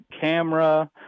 camera